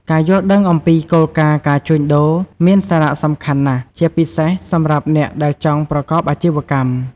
ការយល់ដឹងអំពី គោលការណ៍ការជួញដូរ មានសារៈសំខាន់ណាស់ ជាពិសេសសម្រាប់អ្នកដែលចង់ប្រកបអាជីវកម្ម។